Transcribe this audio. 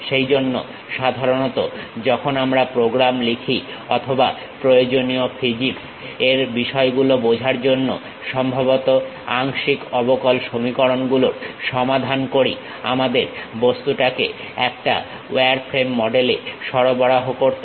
সেই জন্য সাধারণত যখন আমরা প্রোগ্রাম লিখি অথবা প্রয়োজনীয় ফিজিকস এর বিষয়গুলো বোঝার জন্য সম্ভবত আংশিক অবকল সমীকরণ গুলোর সমাধান করি আমাদের বস্তুটাকে একটা ওয়ারফ্রেম মডেলে সরবরাহ করতে হয়